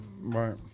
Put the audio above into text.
Right